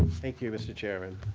thank you, mr. chairman,